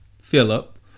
Philip